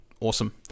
awesome